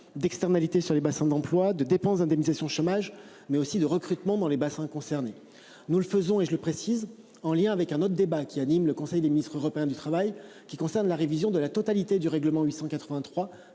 d'externalités sur les bassins d'emploi de dépenses d'indemnisation chômage mais aussi de recrutement dans les bassins concernés. Nous le faisons et je le précise, en lien avec un autre débat qui anime le Conseil des ministres européens du travail qui concernent la révision de la totalité du règlement 883